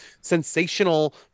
sensational